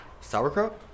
Sauerkraut